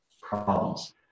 problems